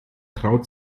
traut